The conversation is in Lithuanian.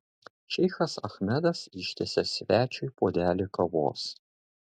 šeichas achmedas ištiesia svečiui puodelį kavos